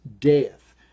death